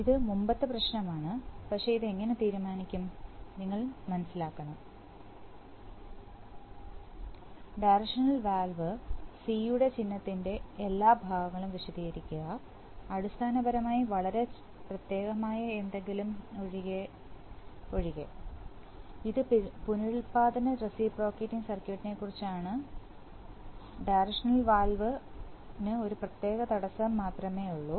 ഇത് മുമ്പത്തെ പ്രശ്നമാണ് പക്ഷേ ഇത് എങ്ങനെ തീരുമാനിക്കും നിങ്ങൾ മനസ്സിലാക്കണം ഡയറക്ഷണൽ വാൽവ് സി യുടെ ചിഹ്നത്തിന്റെ എല്ലാ ഭാഗങ്ങളും വിശദീകരിക്കുക അടിസ്ഥാനപരമായി വളരെ പ്രത്യേകമായ എന്തെങ്കിലും ഒഴികെ ഇത് പുനരുൽപ്പാദന റെസിപ്രോക്കേറ്റിംഗ് സർക്യൂട്ടിനെക്കുറിച്ചാണ് ഡയറക്ഷണൽ വാൽവ്വാൽവിന് ഒരു പ്രത്യേക തടസ്സം മാത്രമേയുള്ളൂ